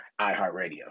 iHeartRadio